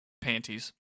panties